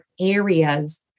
areas